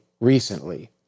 recently